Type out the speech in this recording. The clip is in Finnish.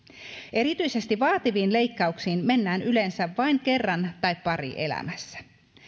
erityisesti vaativiin leikkauksiin mennään yleensä vain kerran tai pari elämässä